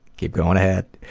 keep going ahead.